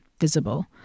visible